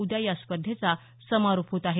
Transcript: उद्या या स्पर्धेचा समारोप होत आहे